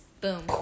Boom